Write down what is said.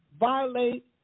violate